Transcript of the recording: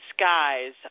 skies